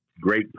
great